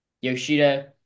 Yoshida